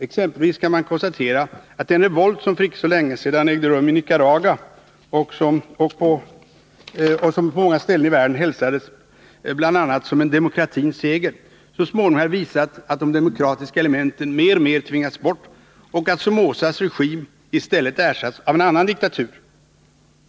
Exempelvis kan man konstatera att den revolt som för icke så länge sedan ägde rum i Nicaragua och som på många ställen hälsades bl.a. som en demokratins seger så småningom har visat att de demokratiska elementen mer eller mindre tvingats bort och att Somozas regim i stället ersatts av en annan diktatur.